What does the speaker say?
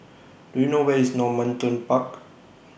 Do YOU know Where IS Normanton Park